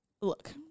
Look